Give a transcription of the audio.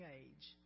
age